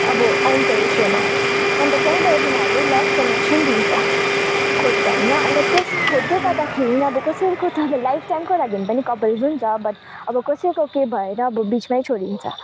अब आउँछ यो सोमा अन्त त्यहीँबाट तिनीहरूले लभ कनेक्सन ढुन्ढ्छ खोज्छ होइन अन्त त्यस खोज्दै गर्दाखेरि अब कसैको त लाइफटाइमको लागि पनि कपल्स हुन्छ बट अब कसैको के भएर अब बिचमै छोडिन्छ